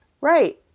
Right